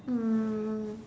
um